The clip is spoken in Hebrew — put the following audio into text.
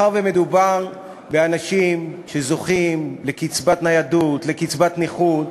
מדובר באנשים שזוכים לקצבת ניידות, לקצבת נכות,